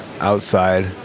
outside